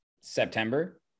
September